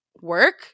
work